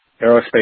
aerospace